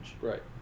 Right